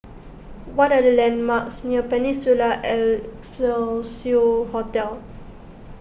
what are the landmarks near Peninsula Excelsior Hotel